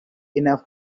enough